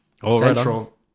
Central